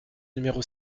numéro